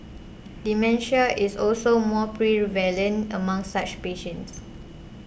dementia is also more prevalent among such patients